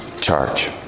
charge